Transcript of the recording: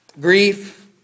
grief